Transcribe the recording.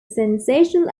sensational